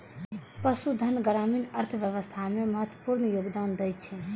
पशुधन ग्रामीण अर्थव्यवस्था मे महत्वपूर्ण योगदान दै छै